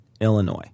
illinois